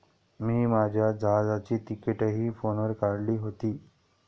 मी माझ्या जहाजाची तिकिटंही फोनवर काढली होती